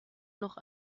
noch